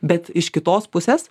bet iš kitos pusės